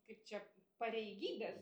kaip čia pareigybės